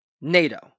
NATO